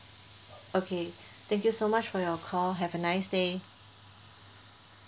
okay thank you so much for your call have a nice day